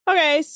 Okay